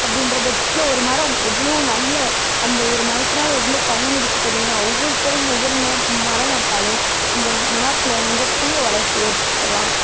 அப்படின்ற பட்சத்தில் ஒரு மரம் எவ்வளோ நல்ல அந்த ஒரு மரத்தினால எவ்வளோ பயன் இருக்குது தெரியணும் ஒவ்வொருத்தரும் ஒவ்வொரு மரம் நட்டாலும் இந்த நாட்டில் மிக பெரிய வளர்ச்சியை ஏற்படுத்தலாம்